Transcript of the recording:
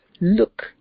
look